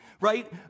right